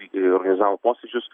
ir organizavo posėdžius